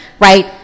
right